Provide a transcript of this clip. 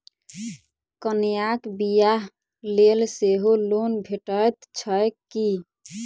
कन्याक बियाह लेल सेहो लोन भेटैत छैक की?